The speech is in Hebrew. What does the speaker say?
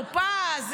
לטופז,